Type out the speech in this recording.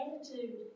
attitude